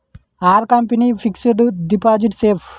Are company fixed deposit safe?